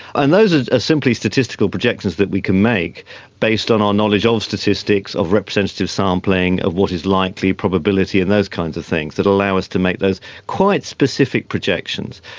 and those are simply statistical projections that we can make based on our knowledge of statistics, of representative sampling, of what is likely probability and those kinds of things that allow us to make those quite specific projections.